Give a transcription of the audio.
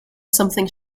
something